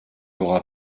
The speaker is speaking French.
aura